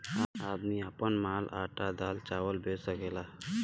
आदमी आपन माल आटा दाल चावल बेच सकेला